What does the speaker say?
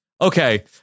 okay